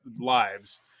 lives